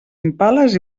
impales